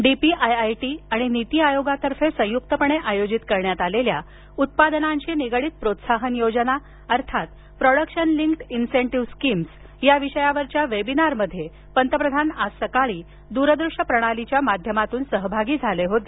DPIIT आणि नीती आयोगातर्फे संयुक्तपणे आयोजित करण्यात आलेल्या उत्पादनांशी निगडीत प्रोत्साहन योजना अर्थात प्रोडक्शन लिंक्ड इंसेनटीव्ह स्कीम्स या विषयावरील वेबिनारमध्ये पंतप्रधान आज सकाळी दूरदृश्य प्रणालीच्या माध्यमातून सहभागी झाले होते